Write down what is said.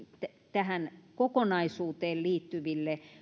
tähän kokonaisuuteen liittyville